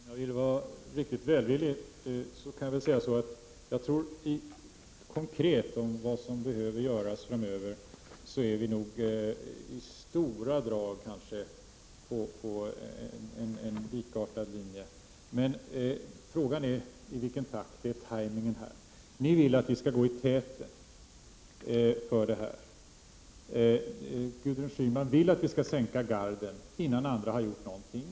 Fru talman! För att vara riktigt välvillig kan jag säga att jag tror att vi när det gäller vad som konkret behöver göras framöver i stora drag är inne på samma linje. Men frågan är i vilken takt det hela skall ske. Det är alltså fråga om ”timing”. Ni vill att vi skall gå i täten för detta arbete. Gudrun Schyman vill att vi skall sänka garden, och detta redan innan andra egentligen har gjort någonting.